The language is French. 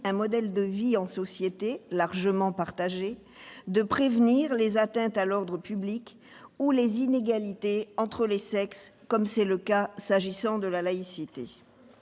un modèle de vie en société largement partagé, de prévenir les atteintes à l'ordre public ou les inégalités entre les sexes, comme c'est le cas s'agissant de la laïcité.